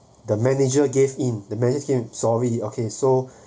the manager gave in the manager came sorry okay so